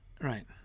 Right